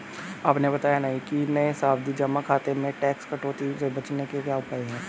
आपने बताया नहीं कि नये सावधि जमा खाते में टैक्स कटौती से बचने के क्या उपाय है?